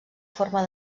forma